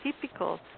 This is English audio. typical